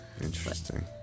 interesting